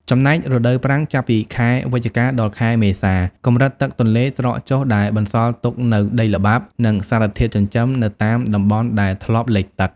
ចំណែក រដូវប្រាំង ចាប់ពីខែវិច្ឆិកា ដល់ ខែមេសា កម្រិតទឹកទន្លេស្រកចុះ ដែលបន្សល់ទុកនូវដីល្បាប់ និងសារធាតុចិញ្ចឹមនៅតាមតំបន់ដែលធ្លាប់លិចទឹក។